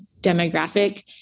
demographic